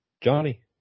Johnny